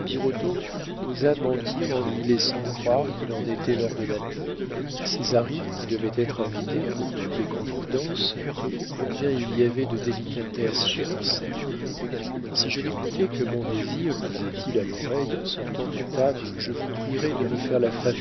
birotteau osa mentir en lui laissant croire qu'il en était l'ordonnateur césarine qui devait être invitée pour toutes les contredanses connut combien il y avait de délicatesse chez anselme si je n'écoutais que mon désir lui dit-il à l'oreille en sortant de table je vous prierais de me faire la